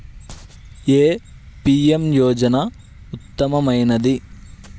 ఏ PM Yojana ఉత్తమమైనది?